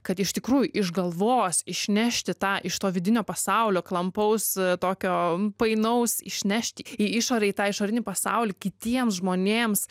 kad iš tikrųjų iš galvos išnešti tą iš to vidinio pasaulio klampaus tokio painaus išnešt į išorę į tą išorinį pasaulį kitiems žmonėms